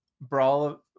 brawl